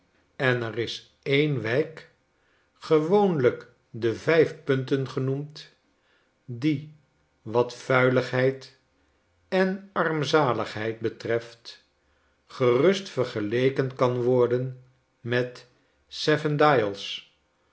en er is en wijk gewoonlijk de vijf punten genoemd die wat vuiligheid en armzaligheid betreft gemst vergeleken kan worden met seven dials